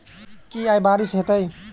की आय बारिश हेतै?